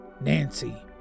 Nancy